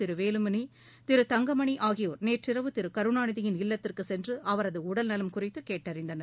திரு வேலுமணி தங்கமணி ஆகியோர் நேற்றிரவு திரு கருணாநிதியின் இல்லத்திற்கு சென்று அவரது உடல்நலம் குறித்து கேட்டறிந்தனர்